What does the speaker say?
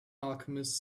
alchemist